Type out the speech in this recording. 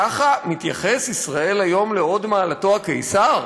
ככה מתייחס "ישראל היום" להוד מעלתו הקיסר?